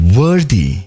worthy